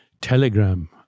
telegram